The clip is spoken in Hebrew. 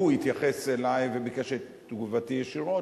הוא התייחס אלי וביקש את תגובתי ישירות,